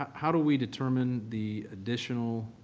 how do we determine the additional